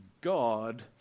God